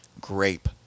grape